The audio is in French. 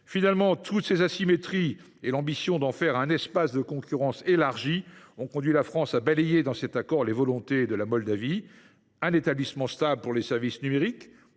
Finalement, toutes ces asymétries et l’ambition de faire de la Moldavie un espace de concurrence élargi ont conduit la France à balayer dans cet accord les volontés moldaves : un établissement stable pour les services numériques,